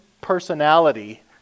personality